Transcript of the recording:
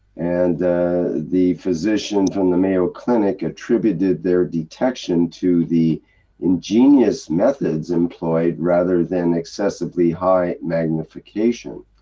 and the physician from the mayo clinic attributed their detection to the ingenious methods employed, rather than excessively high magnification.